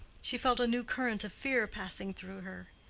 she felt a new current of fear passing through her.